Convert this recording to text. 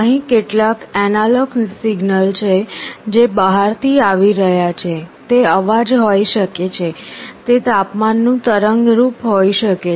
અહીં કેટલાક analogue signal છે જે બહારથી આવી રહ્યા છે તે અવાજ હોઈ શકે છે તે તાપમાનનું તરંગ રૂપ હોઈ શકે છે